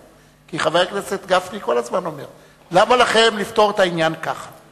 כי חבר הכנסת גפני כל הזמן אומר: למה לכם לפתור את העניין ככה?